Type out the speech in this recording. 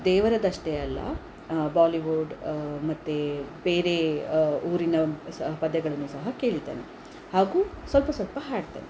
ದೇವರದಷ್ಟೇ ಅಲ್ಲ ಬಾಲಿವುಡ್ ಮತ್ತೆ ಬೇರೆ ಊರಿನ ಸ ಪದ್ಯಗಳನ್ನು ಸಹ ಕೇಳ್ತೇನೆ ಹಾಗೂ ಸ್ವಲ್ಪ ಸ್ವಲ್ಪ ಹಾಡ್ತೇನೆ